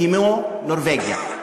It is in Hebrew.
כמו נורבגיה,